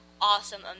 awesome